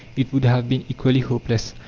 it would have been equally hopeless.